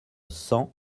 cent